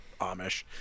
Amish